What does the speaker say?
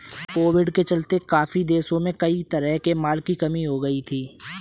Covid के चलते काफी देशों में कई तरह के माल की कमी हो गई थी